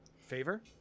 Favor